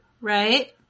Right